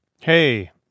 Hey